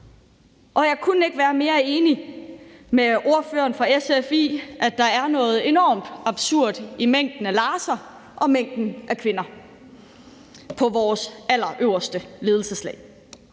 Og jeg kunne ikke være mere enig med ordføreren fra SF i, at der er noget enormt absurd i mængden af Lars'er og mængden af kvinder i vores allerøverste ledelseslag.